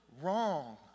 wrong